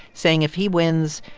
saying if he wins,